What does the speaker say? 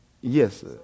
Yes